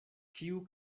ĉiu